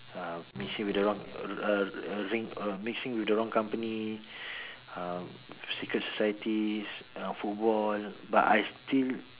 uh mixing with the wrong uh ring uh mixing with the wrong company uh secret societies uh football but I still